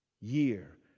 Year